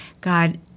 God